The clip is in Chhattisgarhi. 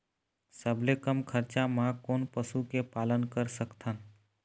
सबले कम खरचा मा कोन पशु के पालन कर सकथन?